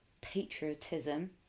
patriotism